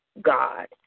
God